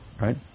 Right